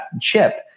chip